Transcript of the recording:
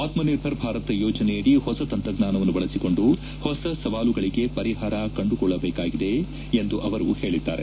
ಅತ್ಮನಿರ್ಭರ್ ಭಾರತ್ ಯೋಜನೆಯದಿ ಹೊಸ ತಂತ್ರಜ್ಞಾನವನ್ನು ಬಳಸಿಕೊಂಡು ಹೊಸ ಸವಾಲುಗಳಿಗೆ ಪರಿಹಾರ ಕಂಡುಕೊಳ್ಳಬೇಕಾಗಿದೆ ಎಂದು ಅವರು ಹೇಳಿದ್ದಾರೆ